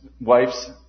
wife's